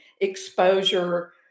exposure